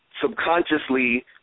subconsciously